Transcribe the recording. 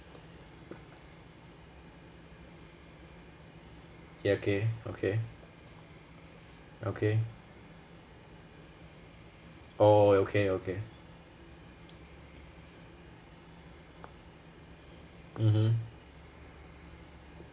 ya okay okay okay oh okay okay mmhmm